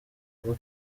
rugo